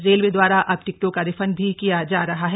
railway दवारा अब टिकटों का रिफंड भी किया जा रहा है